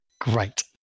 great